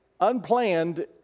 Unplanned